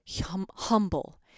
humble